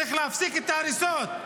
צריך להפסיק את ההריסות,